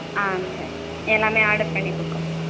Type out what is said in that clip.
ஆ சரி எல்லாமே ஆர்டர் பண்ணி கொடுக்குறோம்